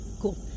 Cool